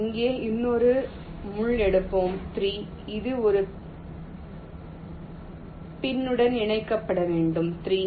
இங்கே இன்னொரு முள் எடுப்போம் 3 இது ஒரு பின் உடன் இணைக்கப்பட வேண்டும் 3